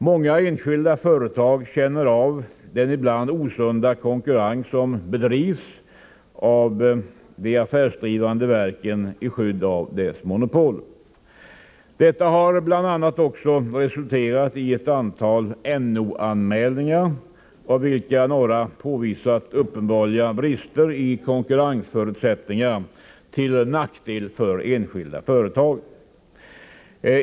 Många enskilda företag känner av den ibland osunda konkurrens som kan bedrivas av de affärsdrivande verken i skydd av deras monopol. Detta har bl.a. resulterat i ett antal NO-anmälningar, av vilka några påvisat uppenbara brister i konkurrensförutsättningar till nackdel för enskilda företag.